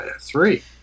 three